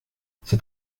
cet